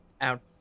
out